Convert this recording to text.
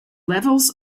levels